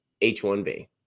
H-1B